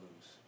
lose